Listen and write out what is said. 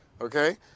Okay